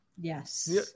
Yes